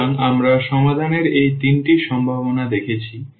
সুতরাং আমরা সমাধানের এই 3 টি সম্ভাবনা দেখেছি